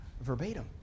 verbatim